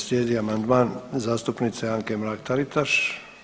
Slijedi amandman zastupnice Anke Mrak-Taritaš.